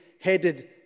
headed